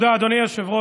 תודה, אדוני היושב-ראש.